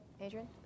Adrian